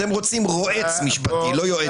אתם רוצים רועץ משפטי, לא יועץ משפטי.